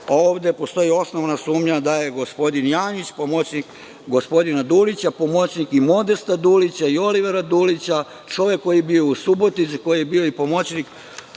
postoji osnovana sumnja da je gospodin Janjić, pomoćnik gospodina Dulića, pomoćnik i Modesta Dulića i Olivera Dulića, čovek koji je bio u Subotici, koji je išao